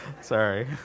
Sorry